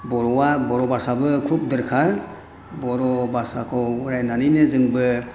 बर'आ बर' भाषाबो खुब दोरखार बर' भाषाखौ रायनानैनो जोंबो